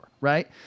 right